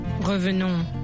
Revenons